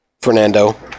Fernando